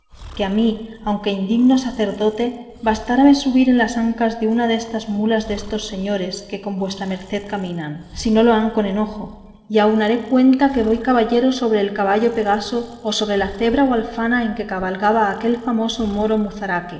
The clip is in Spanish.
que a mí aunque indigno sacerdote bastaráme subir en las ancas de una destas mulas destos señores que con vuestra merced caminan si no lo han por enojo y aun haré cuenta que voy caballero sobre el caballo pegaso o sobre la cebra o alfana en que cabalgaba aquel famoso moro